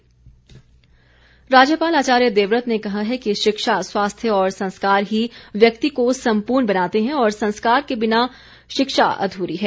राज्यपाल राज्यपाल आचार्य देवव्रत ने कहा है कि शिक्षा स्वास्थ्य और संस्कार ही व्यक्ति को संपूर्ण बनाते हैं और संस्कार के बिना शिक्षा अधूरी है